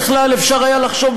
אפשר היה לחשוב,